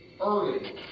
Early